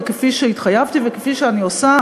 וכפי שהתחייבתי וכפי שאני עושה,